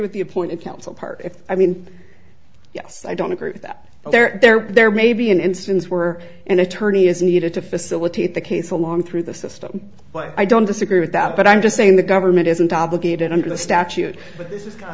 with the appointed counsel part if i mean yes i don't agree with that but there there there may be an instance where an attorney is needed to facilitate the case along through the system but i don't disagree with that but i'm just saying the government isn't obligated under the statute but this is kind